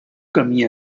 camí